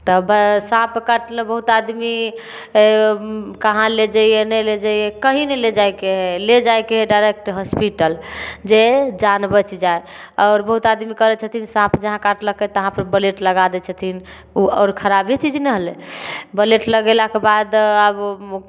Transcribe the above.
तब साँप काटलक बहुत आदमी कहाँ ले जइया नहि ले जइया कही नहि ले जाइके है ले जाइके है डाइरेक्ट होस्पिटल जे जान बैच जाइ आओर बहुत आदमी करै छथिन साँप जहाँ काटलकै तहाँ पर ब्लेड लगा दै छथिन ओ आओर खराबे चीज ने होलै ब्लेड लगेलाके बाद आब